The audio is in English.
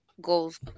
Goals